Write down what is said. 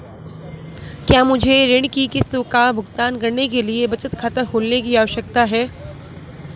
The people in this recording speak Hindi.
क्या मुझे ऋण किश्त का भुगतान करने के लिए बचत खाता खोलने की आवश्यकता है?